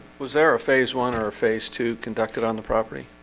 was there a phase one or her face to conduct it on the property